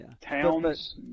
Towns